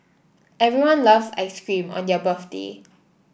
everyone loves ice cream on their birthday